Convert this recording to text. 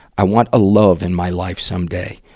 i want a love in my life someday,